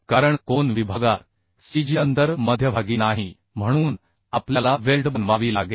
कारण कोन विभागात cgअंतर मध्यभागी नाही म्हणून आपल्याला वेल्ड बनवावी लागेल